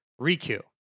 Riku